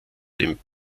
dem